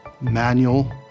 manual